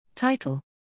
Title